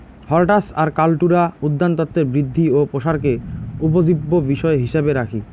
হরটাস আর কাল্টুরা উদ্যানতত্বের বৃদ্ধি ও প্রসারকে উপজীব্য বিষয় হিছাবে রাখি